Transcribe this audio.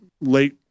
late